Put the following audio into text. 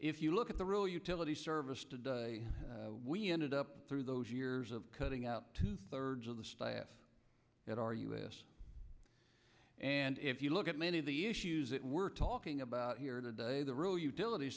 if you look at the real utility service today we ended up through those years of cutting out two thirds of the staff at our us and if you look at many of the issues that we're talking about here today the rule utility